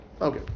Okay